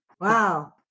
Wow